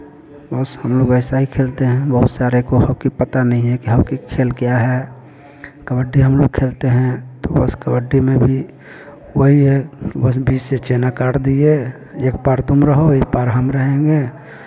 बस हम लोग वैसा ही खेलते हैं बहुत सारे को हॉकी पता नहीं है कि हॉकी खेल क्या है कबड्डी हम लोग खेलते हैं तो बस कबड्डी में भी वही है कि बस बीच से चेना काट दिए एक पार तुम रहो एक पार हम रहेंगे